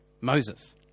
Moses